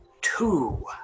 two